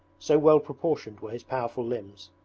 so well proportioned were his powerful limbs.